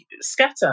scatter